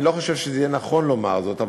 אני לא חושב שזה יהיה נכון לומר זאת,